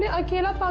i cannot